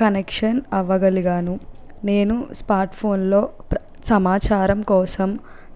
connection అవ్వగలిగాను నేను smartphone లో సమాచారం కోసం